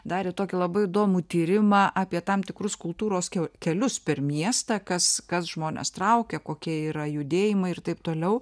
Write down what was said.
darė tokį labai įdomų tyrimą apie tam tikrus kultūros kiau kelius per miestą kas kas žmones traukia kokie yra judėjimą ir taip toliau